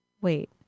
wait